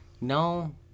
No